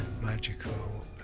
magical